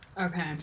Okay